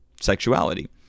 sexuality